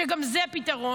שגם זה פתרון,